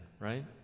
right